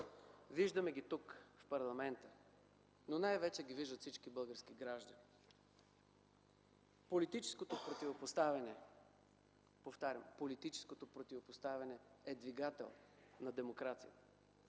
Виждаме ги тук, в парламента, но най-вече ги виждат всички български граждани. Политическото противопоставяне, повтарям, политическото противопоставяне е двигател на демокрацията.